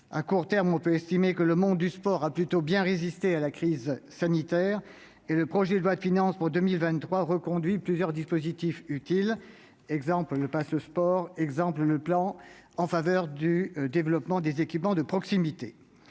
À court terme, on peut estimer que le monde du sport a plutôt bien résisté à la crise sanitaire. Le projet de loi de finances pour 2023 reconduit plusieurs dispositifs utiles, comme le Pass'Sport ou le plan en faveur du développement des équipements de proximité.